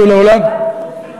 עוד לא קיבלנו בכלל תקציב.